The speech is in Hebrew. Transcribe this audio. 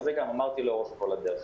אז את זה גם אמרתי לאורך כל הדרך.